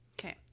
Okay